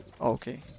Okay